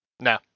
No